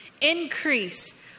increase